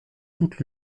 toute